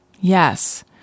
Yes